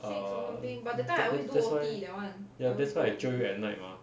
err that's why ya that's why I jio you at night mah